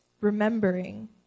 remembering